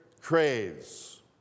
craves